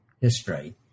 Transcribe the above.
history